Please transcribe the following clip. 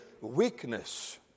weakness